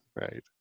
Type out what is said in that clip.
Right